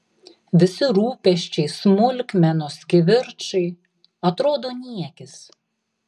visi rūpesčiai smulkmenos kivirčai atrodo niekis